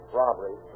robbery